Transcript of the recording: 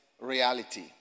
reality